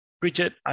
Bridget